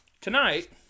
tonight